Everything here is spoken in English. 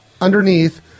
underneath